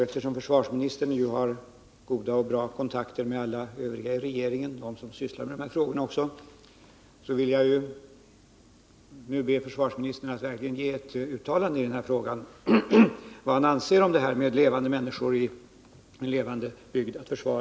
Eftersom försvarsministern har goda kontakter med de statsråd som arbetar med dessa frågor, vill jag nu be honom verkligen göra ett uttalande om vad han anser om värdet ur försvarssynpunkt av att ha människor bosatta ilevande bygder.